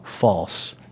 false